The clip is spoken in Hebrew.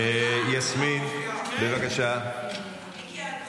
יסמין, בבקשה,